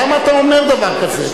למה אתה אומר דבר כזה?